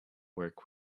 work